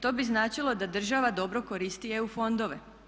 To bi značilo da država dobro koristi EU fondove.